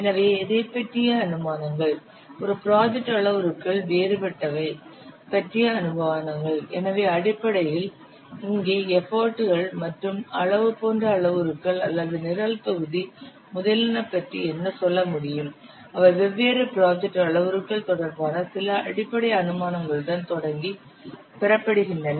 எனவே எதைப் பற்றிய அனுமானங்கள் ஒரு ப்ராஜெக்ட் அளவுருக்கள் வேறுபட்டவை பற்றிய அனுமானங்கள் எனவே அடிப்படையில் இங்கே எஃபர்ட் கள் மற்றும் அளவு போன்ற அளவுருக்கள் அல்லது நிரல் தொகுதி முதலியன பற்றி என்ன சொல்ல முடியும் அவை வெவ்வேறு ப்ராஜெக்ட் அளவுருக்கள் தொடர்பான சில அடிப்படை அனுமானங்களுடன் தொடங்கி பெறப்படுகின்றன